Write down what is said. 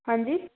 ਹਾਂਜੀ